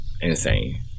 Insane